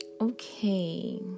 Okay